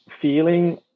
feeling